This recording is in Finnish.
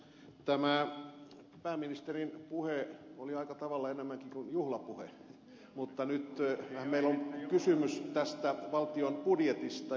tämä pääministerin puhe oli aika tavalla enemmänkin kuin juhlapuhe mutta nythän meillä on kysymys tästä valtion budjetista